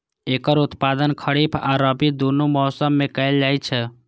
एकर उत्पादन खरीफ आ रबी, दुनू मौसम मे कैल जाइ छै